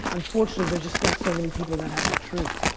unfortunately there's just not so many people that have that truth.